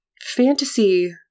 fantasy